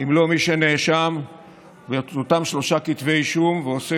אם לא מי שנאשם באותם שלושה כתבי אישום ועושה